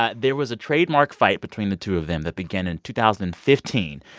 ah there was a trademark fight between the two of them that began in two thousand and fifteen.